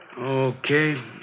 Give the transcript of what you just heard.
Okay